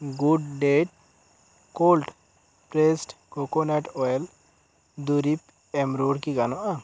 good diet cold pressed coconut oil ᱫᱩᱨᱤᱵᱽ ᱮᱢ ᱨᱩᱭᱟᱹᱲ ᱠᱤ ᱜᱟᱱᱚᱜᱼᱟ